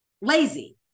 lazy